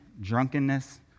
drunkenness